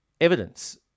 evidence